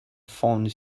phone